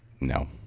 No